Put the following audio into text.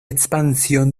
expansión